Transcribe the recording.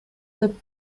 деп